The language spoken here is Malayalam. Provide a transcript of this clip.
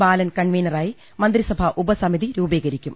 ബാലൻ കൺവീനറായി മന്ത്രിസഭാ ഉപസമിതി രൂപീകരിക്കും